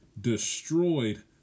destroyed